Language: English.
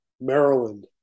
Maryland